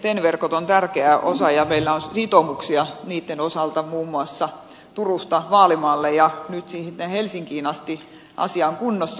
ten verkot on tärkeä osa ja meillä on sitoumuksia niitten osalta muun muassa turusta vaalimaalle ja nyt sitten helsinkiin asti asia on kunnossa